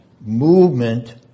movement